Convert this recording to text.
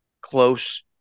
close